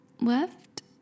left